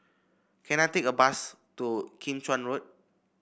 can I take a bus to Kim Chuan Road